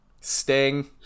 sting